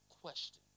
question